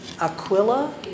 Aquila